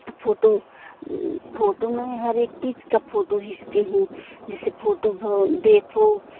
photo photo मैं हर एक चीज़ की फोटो खींचती हूँ जैसे फोटो भ देखो